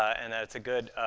and that it's a good,